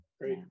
Great